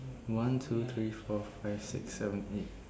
one two three four five six seven eight